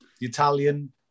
Italian